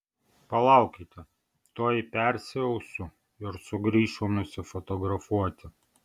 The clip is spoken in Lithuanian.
palaukite tuoj persiausiu ir sugrįšiu nusifotografuoti